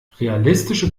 realistische